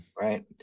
right